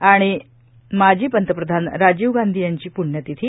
आणि आज माजी पंतप्रधान राजीव गांधी यांची प्ण्यतिथी